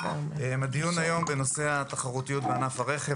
הדיון היום הוא בנושא התחרותיות בענף הרכב,